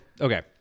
okay